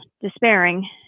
despairing